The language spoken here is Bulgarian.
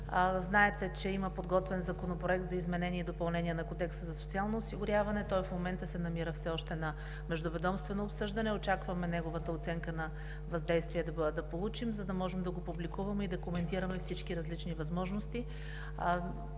знаете, че има подготвен Законопроект за изменение и допълнение на Кодекса за социално осигуряване. Той в момента се намира все още на етап междуведомствено обсъждане. Очакваме да получим неговата оценка на въздействие, за да можем да го публикуваме и да коментираме всички различни възможности.